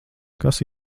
kas